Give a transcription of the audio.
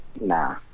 Nah